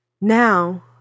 Now